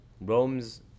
Rome's